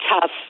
tough